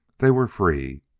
they were free!